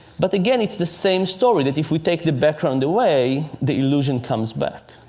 but again, it's the same story, that if we take the background away, the illusion comes back.